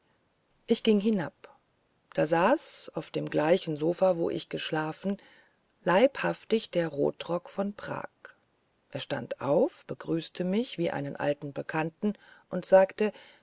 ich ging hinab da saß auf dem gleichen sofa wo ich geschlafen leibhaftig der rotrock von prag er stand auf begrüßte mich wie einen alten bekannten und sagte